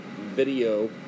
video